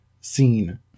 seen